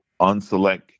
unselect